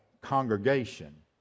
congregation